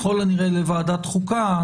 ככל הנראה, לוועדת החוקה.